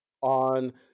on